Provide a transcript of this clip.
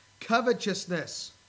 Covetousness